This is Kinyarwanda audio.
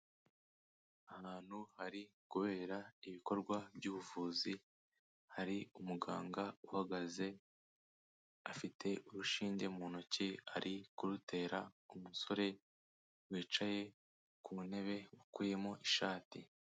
Ahantu hari kubera ibikorwa by'ubuvuzi hari umuganga uhagaze afite urushinge mu ntoki, ari kurutera umusore wicaye ku ntebe ukuyemo ishati.